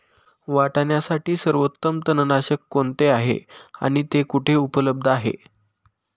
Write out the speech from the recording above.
वाटाण्यासाठी सर्वोत्तम तणनाशक कोणते आहे आणि ते कुठे उपलब्ध आहे?